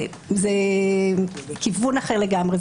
זה כיוון אחר לגמרי,